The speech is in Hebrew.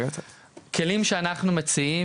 כלים שאנחנו מציעים,